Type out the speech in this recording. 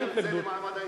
לוועדה למעמד האשה.